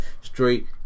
straight